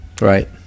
right